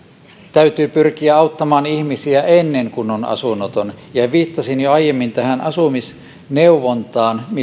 täytyy pyrkiä auttamaan ihmistä ennen kuin hän on asunnoton ja viittasin jo aiemmin tähän asumisneuvontaan